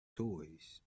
toys